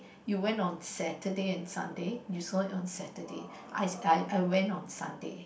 you went on Saturday on Sunday you saw it on Saturday I I I went on Sunday